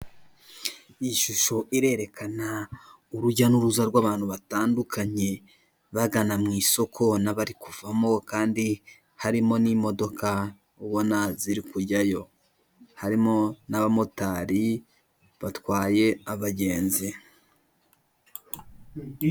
Iyi shusho irerekana urujya n'uruza rw'abantu batandukanye, bagana mu isoko n'abari kuvamo kandi harimo n'imodoka ubona ziri kujyayo, harimo n'abamotari batwaye abagenzi.